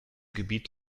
gebiet